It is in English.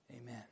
Amen